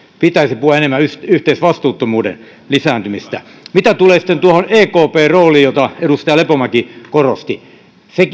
pitäisi puhua enemmän yhteisvastuuttomuuden lisääntymisestä mitä tulee sitten tuohon ekpn rooliin jota edustaja lepomäki korosti